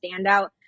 standout